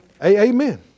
Amen